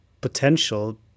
potential